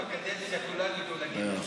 עד סוף הקדנציה כולנו פה נגיד את זה.